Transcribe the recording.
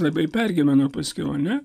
labai pergyveno paskiau ar ne